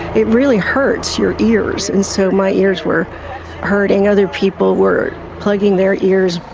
it really hurts your ears, and so my ears were hurting. other people were plugging their ears.